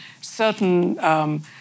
certain